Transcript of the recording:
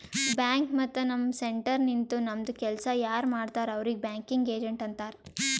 bank ಮತ್ತ ನಮ್ centre ನಿಂತು ನಮ್ದು ಕೆಲ್ಸಾ ಯಾರ್ ಮಾಡ್ತಾರ್ ಅವ್ರಿಗ್ ಬ್ಯಾಂಕಿಂಗ್ ಏಜೆಂಟ್ ಅಂತಾರ್